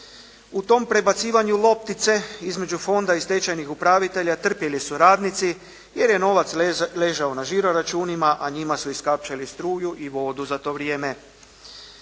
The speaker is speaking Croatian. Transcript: U tom prebacivanju loptice između fonda i stečajnih upravitelja trpjeli su radnici jer je novac ležao na žiro-računima a njima su iskapčali struju i vodu za to vrijeme.